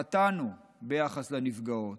חטאנו ביחס לנפגעות,